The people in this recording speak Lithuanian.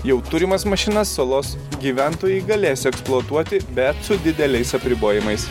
jau turimas mašinas salos gyventojai galės eksploatuoti bet su dideliais apribojimais